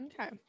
Okay